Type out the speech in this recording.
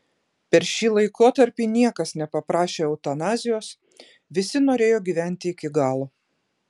per šį laikotarpį niekas nepaprašė eutanazijos visi norėjo gyventi iki galo